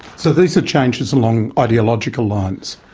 so these changes along ideological lines.